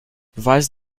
beweise